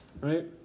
right